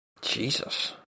Jesus